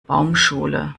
baumschule